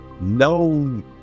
no